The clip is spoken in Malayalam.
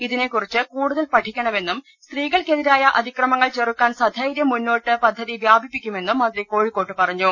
ഇതിനെക്കുറിച്ച് കൂടുതൽ പഠിക്കണമെന്നും സ്ത്രീകൾക്കെതിരായ അതിക്രമങ്ങൾ ചെറു ക്കാൻ സധൈരൃം മുന്നോട്ട് പദ്ധതി വ്യാപിപ്പിക്കുമെന്നും മന്ത്രി കോഴിക്കോട്ട് പറഞ്ഞു